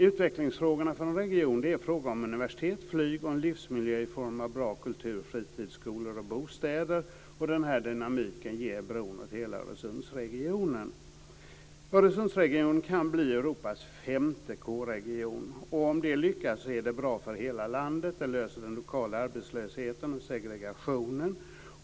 Utvecklingsfrågorna för en region handlar om universitet, flyg och en livsmiljö i form av bra kultur, fritid, skolor och bostäder. Och bron ger den här dynamiken åt hela Öresundsregionen. Öresundsregionen kan bli Europas femte K-region. Om det lyckas är det bra för hela landet. Det löser problemen med den lokala arbetslösheten och segregationen.